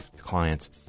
clients